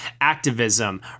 activism